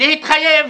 להתחייב